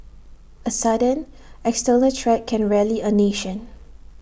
A sudden external threat can rally A nation